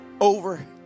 over